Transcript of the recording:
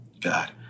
God